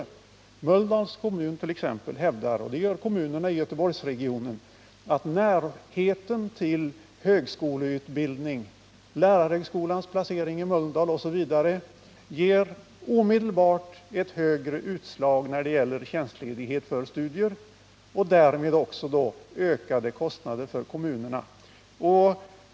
T. ex. Mölndals kommun och kommunerna i Göteborgsregionen över huvud taget hävdar att närheten till högskoleutbildning— liksom lärarhögskolans placering i Mölndal — ger ett högre utslag när det gäller tjänstledighet för studier och därmed ökade kostnader för kommunerna.